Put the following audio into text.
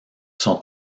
sont